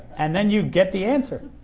and then you get the answer